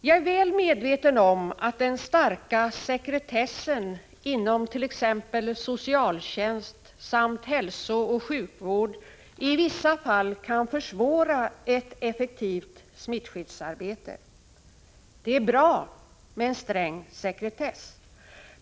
Jag är väl medveten om att den starka sekretessen inom t.ex. socialtjänst samt hälsooch sjukvård i vissa fall kan försvåra ett effektivt smittskyddsarbete. Det är bra med en sträng sekretess.